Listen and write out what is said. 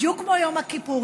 בדיוק כמו יום הכיפורים,